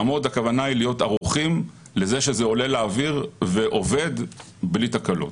לעמוד הכוונה היא להיות ערוכים לזה שזה עולה לאוויר ועובד בלי תקלות.